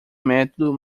método